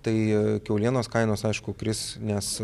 tai kiaulienos kainos aišku kris nes